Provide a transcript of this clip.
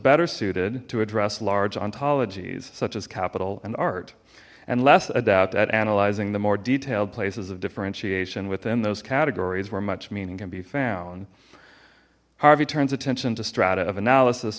better suited to address large ontology x such as capital and art and less adept at analyzing the more detailed places of differentiation within those categories were much meaning can be found harvey turns attention to strata of analysis